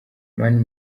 mani